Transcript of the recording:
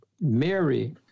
Mary